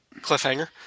cliffhanger